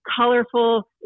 colorful